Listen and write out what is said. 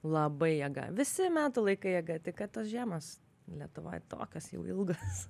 labai jėga visi metų laikai jėga tik kad tos žiemos lietuvoj tokios jau ilgos